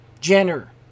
Jenner